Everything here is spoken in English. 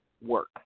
work